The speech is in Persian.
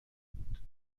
بود